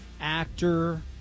actor